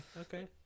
Okay